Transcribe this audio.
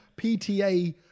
PTA